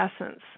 essence